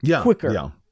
quicker